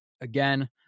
Again